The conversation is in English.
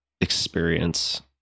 experience